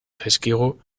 zaizkigu